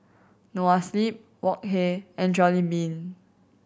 Noa Sleep Wok Hey and Jollibean